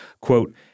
quote